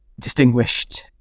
distinguished